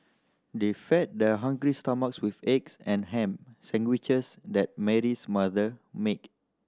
they fed their hungry stomachs with the egg and ham sandwiches that Mary's mother make